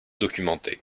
documentée